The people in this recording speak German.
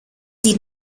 die